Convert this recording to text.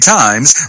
times